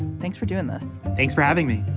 thanks for doing this. thanks for having me.